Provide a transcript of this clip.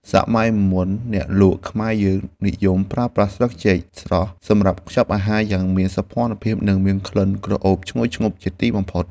សម័យមុនអ្នកលក់ខ្មែរយើងនិយមប្រើប្រាស់ស្លឹកចេកស្រស់សម្រាប់ខ្ចប់អាហារយ៉ាងមានសោភ័ណភាព និងក្លិនក្រអូបឈ្ងុយឈ្ងប់ជាទីបំផុត។